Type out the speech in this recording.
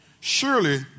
Surely